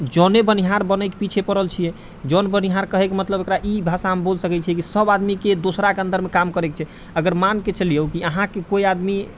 जौने बोनिहार बनैके पीछे पड़ल छियै जौन बोनिहार कहैके मतलब ओकरा ई भाषामे बोल सकै छियै कि सभ आदमीके दोसराके अन्दरमे काम करैके छै अगर मानिके चलियो कि अहाँके कोइ आदमी